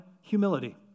Humility